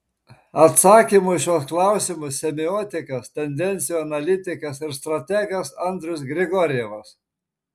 atsakymų į šiuos klausimus semiotikas tendencijų analitikas ir strategas andrius grigorjevas